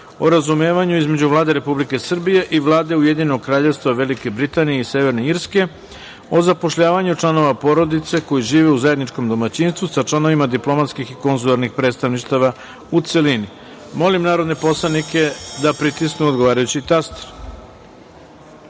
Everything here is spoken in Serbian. o razumevanju između Vlade Republike Srbije i Vlade Ujedinjenog Kraljevstva Velike Britanije i Severne Irske o zapošljavanju članova porodice koji žive u zajedničkom domaćinstvu sa članovima diplomatski i konzularnih predstavništva, u celini. Molim narodne poslanike da pritisnu odgovarajući